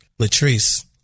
Latrice